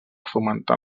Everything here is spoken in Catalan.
fomentar